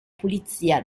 pulizia